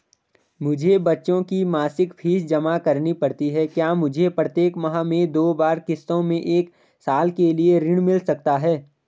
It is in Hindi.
मुझे बच्चों की मासिक फीस जमा करनी पड़ती है क्या मुझे प्रत्येक माह में दो बार किश्तों में एक साल के लिए ऋण मिल सकता है?